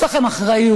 יש לכם אחריות.